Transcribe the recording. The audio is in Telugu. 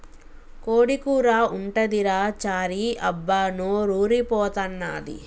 కోడి కూర ఉంటదిరా చారీ అబ్బా నోరూరి పోతన్నాది